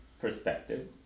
perspective